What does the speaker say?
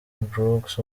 brooks